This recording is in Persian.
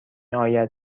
آید